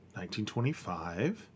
1925